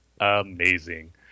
amazing